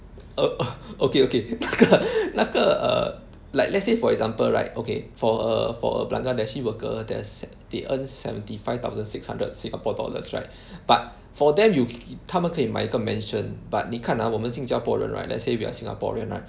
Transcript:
oh err okay okay 那个那个 err like let's say for example right okay for a for a Bangladeshi worker there's they earn seventy five thousand six hundred Singapore dollars right but for them you 他们可以买一个 mansion but 你看 ah 我们新加坡人 right let's say we are Singaporean right